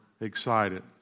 excited